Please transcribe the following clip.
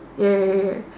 ya ya ya ya